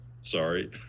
sorry